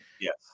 yes